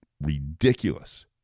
ridiculous